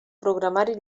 programari